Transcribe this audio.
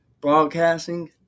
broadcasting